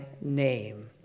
name